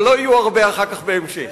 אבל לא יהיו הרבה אחר כך בהמשך.